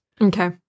Okay